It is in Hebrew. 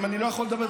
אם אני לא יכול לדבר,